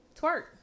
Twerk